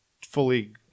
fully